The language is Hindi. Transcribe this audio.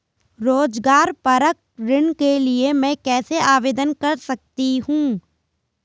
रोज़गार परक ऋण के लिए मैं कैसे आवेदन कर सकतीं हूँ?